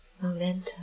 momentum